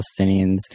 Palestinians